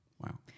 Wow